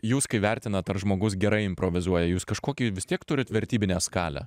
jūs kai vertinat ar žmogus gerai improvizuoja jūs kažkokį vis tiek turit vertybinę skalę